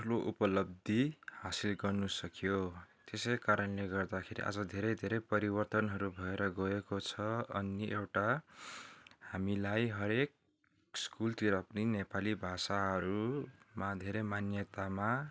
ठुलो उपलब्धि हासिल गर्नु सक्यो त्यसैकारणले गर्दाखेरि आज धेरै धेरै परिवर्तनहरू भएर गएको छ अनि एउटा हामीलाई हरेक स्कुलतिर पनि नेपाली भाषाहरूमा धेरै मान्यतामा